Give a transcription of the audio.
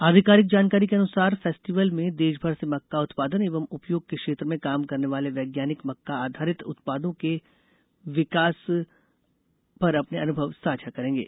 आधिकारिक जानकारी के अनुसार फेस्टिवल में देशभर से मक्का उत्पादन एवं उपयोग के क्षेत्र में काम करने वाले वैज्ञानिक मक्का आधारित उत्पादों के विकास पर अपने अनुभव साझा करेंगे